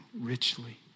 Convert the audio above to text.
richly